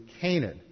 Canaan